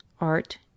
Art